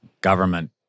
government